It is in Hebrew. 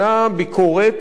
לא מבוטלת